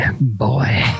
boy